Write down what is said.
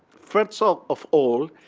first so of all,